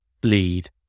bleed